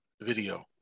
video